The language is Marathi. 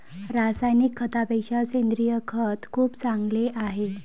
रासायनिक खतापेक्षा सेंद्रिय खत खूप चांगले आहे